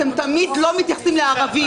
אתם תמיד לא מתייחסים לערבים.